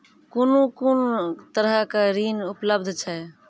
कून कून तरहक ऋण उपलब्ध छै?